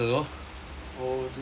oh two weeks ago